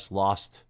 lost